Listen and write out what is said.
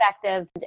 perspective